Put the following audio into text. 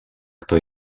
kto